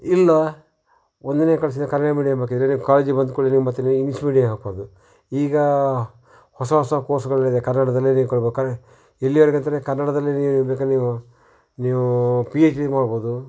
ಇಲ್ಲ ಒಂದನೇ ಕಲ್ಸಿಂದ ಕನ್ನಡ ಮೀಡಿಯಂ ಹಾಕಿದರೆ ನೀವು ಕಾಲೇಜಿಗೆ ಬಂದ ಕೂಡಲೆ ಮತ್ತೆ ನೀವು ಇಂಗ್ಲೀಷ್ ಮೀಡಿಯಂ ಹಾಕ್ಬೋದು ಈಗ ಹೊಸ ಹೊಸ ಕೋರ್ಸ್ಗಳಿದೆ ಕನ್ನಡದಲ್ಲೇ ನೀವು ಕಲಿಬೇಕಾರೆ ಇಲ್ಲಿಯವ್ರಿಗೆ ಅಂದರೆ ಕನ್ನಡದಲ್ಲಿ ನೀವು ಬೇಕಾರೆ ನೀವು ನೀವು ಪಿ ಎಚ್ ಡಿ ಮಾಡ್ಬೋದು